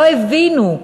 לא הבינו.